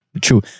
True